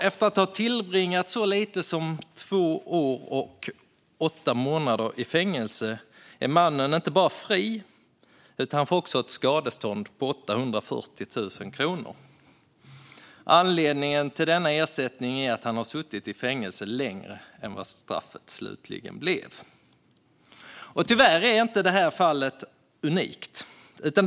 Efter att ha tillbringat så lite som två år och åtta månader i fängelse är mannen alltså inte bara fri; han får också ett skadestånd på 840 000 kronor. Anledningen till denna ersättning är att han har suttit i fängelse längre än vad straffet slutligen blev. Tyvärr är det här fallet inte unikt.